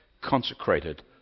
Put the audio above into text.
consecrated